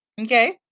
Okay